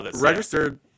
registered